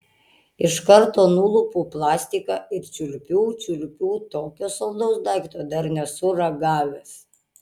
iš karto nulupu plastiką ir čiulpiu čiulpiu tokio saldaus daikto dar nesu ragavęs